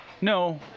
No